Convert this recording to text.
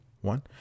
one